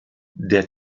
der